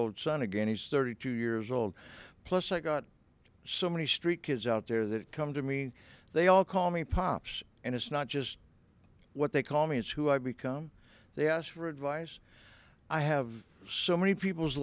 old son again he's thirty two years old plus i got so many street kids out there that come to me they all call me pops and it's not just what they call me it's who i become they ask for advice i have so many people's